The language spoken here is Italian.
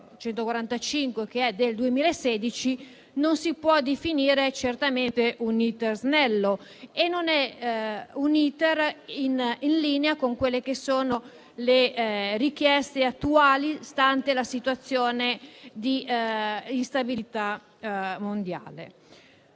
145 del 21 luglio 2016 non si può definire certamente un *iter* snello e non è un *iter* in linea con le richieste attuali, stante la situazione di instabilità mondiale.